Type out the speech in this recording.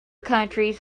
countries